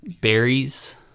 Berries